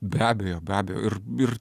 be abejo be abejo ir ir